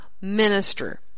minister